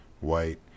white